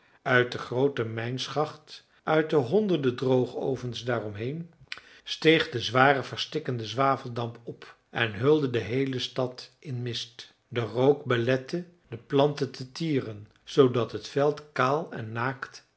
uit de groote mijnschacht uit de honderden droogovens daaromheen steeg de zware verstikkende zwaveldamp op en hulde de heele stad in mist de rook belette de planten te tieren zoodat het veld kaal en naakt